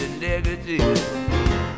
negative